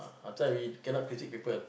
ah we cannot critique people